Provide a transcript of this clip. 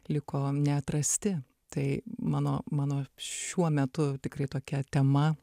liko neatrasti tai mano mano šiuo metu tikrai tokia tema